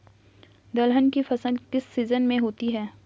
दलहन की फसल किस सीजन में होती है?